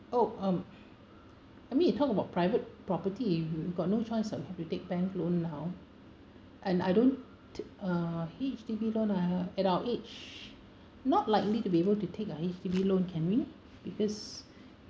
oh um I mean you talk about private property you got no choice [what] have to take bank loan now and I don't uh H_D_B loan ah at our age not likely to be able to take a H_D_B loan can we because